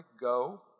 go